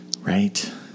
right